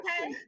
okay